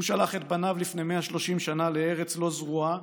הוא שלח את בניו לפני 130 שנה לארץ לא זרועה